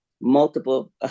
multiple